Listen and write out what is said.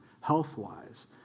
health-wise